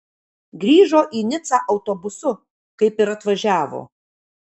grįžo į nicą autobusu kaip ir atvažiavo